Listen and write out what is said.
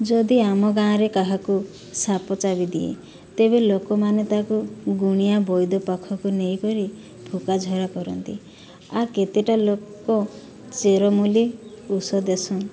ଯଦି ଆମ ଗାଁରେ କାହାକୁ ସାପ ଚାବିଦିଏ ତେବେ ଲୋକମାନେ ତାକୁ ଗୁଣିଆ ବଇଦ ପାଖକୁ ନେଇକରି ଫୁକା ଝରା କରନ୍ତି ଆର୍ କେତେଟା ଲୋକ ଚେରମୂଲି ଉଷ ଦେସନ୍